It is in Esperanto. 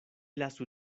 lasu